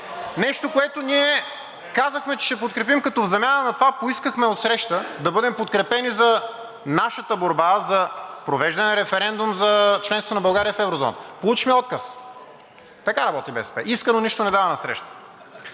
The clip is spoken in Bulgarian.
Нещо, което ние казахме, че ще подкрепим, като в замяна на това поискахме отсреща да бъдем подкрепени за нашата борба за провеждане на референдум за членство на България в еврозоната. Получихме отказ. Така работи БСП – иска, но нищо не дава насреща.